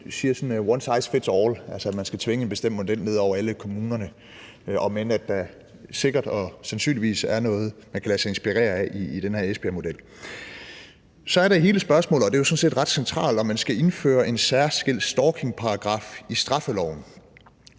sige, at one size fits all, altså at man skal tvinge en bestemt model ned over alle kommunerne, om end der sikkert og sandsynligvis er noget, man kan lade sig inspirere af i den her Esbjergmodel. Så er der hele spørgsmålet om – og det er jo sådan set ret centralt – om man skal indføre en særskilt stalkingparagraf i straffeloven.